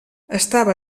estava